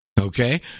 okay